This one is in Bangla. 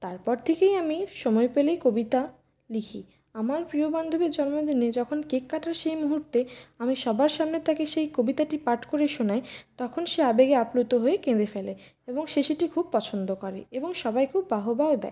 তারপর থেকেই আমি সময় পেলেই কবিতা লিখি আমার প্রিয় বান্ধবীর জন্মদিনে যখন কেক কাটার সেই মুহূর্তে আমি সবার সামনে তাকে সেই কবিতাটি পাঠ করে শোনাই তখন সে আবেগে আপ্লুত হয়ে কেঁদে ফেলে এবং সে সেটি খুব পছন্দ করে এবং সবাই খুব বাহবাও দেয়